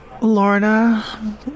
Lorna